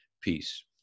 Peace